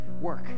work